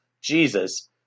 Jesus